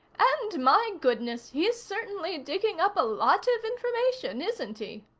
and my goodness, he's certainly digging up a lot of information, isn't he?